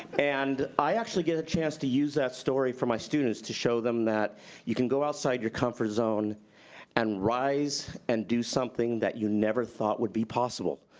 and i actually get a chance to use that story for my students to show them that you can go outside your comfort zone and rise and do something that you never thought would be possible.